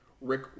Rick